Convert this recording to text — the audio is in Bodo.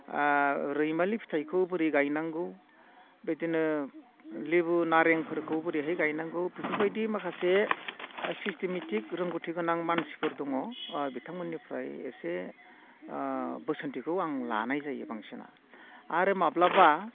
रैमालि फिथाइखौ बोरै गायनांगौ बिदिनो लिबु नारेंफोरखौ बोरैहाय गायनांगौ बिफोरबायदि माखासे सिस्टेमिटिक रोंगौथिगोनां मानसिफोर दङ बिथांमोननिफ्राय एसे बोसोनथिखौ आं लानाय जायो बांसिनै आरो माब्लाबा